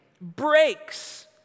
breaks